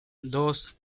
dos